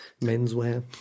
Menswear